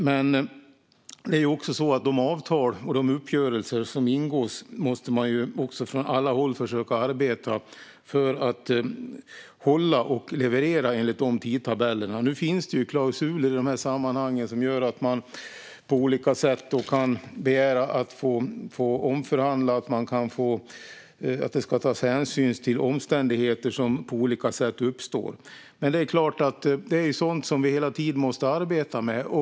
Men när det gäller de avtal och de uppgörelser som ingås måste man ju också från alla håll försöka arbeta för att hålla dem och leverera enligt de tidtabellerna. Nu finns det klausuler i dessa sammanhang som gör att man på olika sätt kan begära att få omförhandla och att det ska tas hänsyn till omständigheter som på olika sätt uppstår. Men det är klart att detta är sådant som vi hela tiden måste arbeta med.